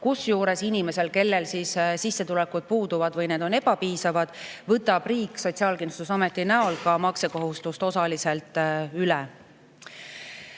Kusjuures inimese puhul, kellel sissetulek puudub või see on ebapiisav, võtab riik Sotsiaalkindlustusameti näol maksekohustuse osaliselt üle.